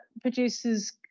producers